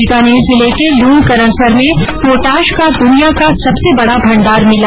बीकानेर जिले के लूणकरणसर में पोटाश का दुनिया का सबसे बड़ा भण्डार मिला